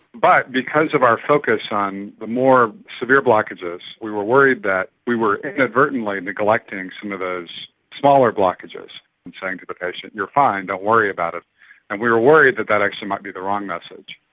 but because of our focus on the more severe blockages we were worried that we were inadvertently neglecting some of those smaller blockages and saying to the patient, you're fine, don't worry about it and we were worried that that actually might be the wrong message.